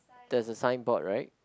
there's a signboard right